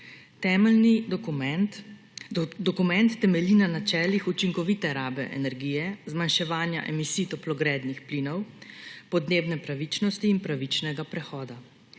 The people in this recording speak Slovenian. nevtralnost. Dokument temelji na načelih učinkovite rabe energije, zmanjševanja emisij toplogrednih plinov, podnebne pravičnosti in pravičnega prehoda.